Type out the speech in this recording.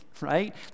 right